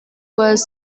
was